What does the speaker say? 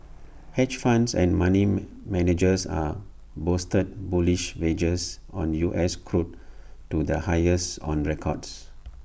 hedge funds and money managers A boosted bullish wagers on U S crude to the highest on records